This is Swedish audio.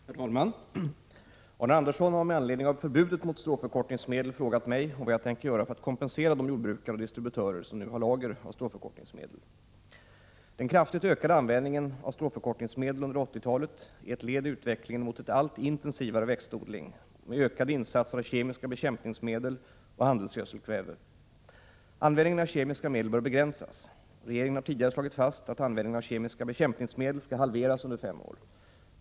Herr talman! Arne Andersson i Ljung har med anledning av förbudet mot stråförkortningsmedel frågat mig om vad jag tänker göra för att kompensera de jordbrukare och distributörer som nu har lager av stråförkortningsmedel. Den kraftigt ökade användningen av stråförkortningsmedel under 1980 talet är ett led i utvecklingen mot en allt intensivare växtodling med ökade insatser av kemiska bekämpningsmedel och handelsgödselkväve. Använd 79 ningen av kemiska medel bör begränsas. Regeringen har tidigare slagit fast att användningen av kemiska bekämpningsmedel skall halveras under fem år.